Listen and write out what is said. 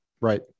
Right